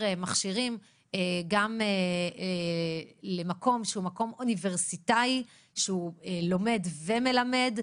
מכשירים גם למקום אוניברסיטאי שלומד ומלמד,